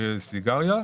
לסיגריה,